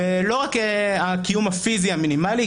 ולא רק הקיום הפיזי המינימלי,